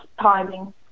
timing